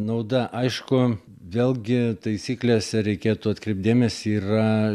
nauda aišku vėlgi taisyklėse reikėtų atkreipt dėmesį yra